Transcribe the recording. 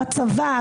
הצבא,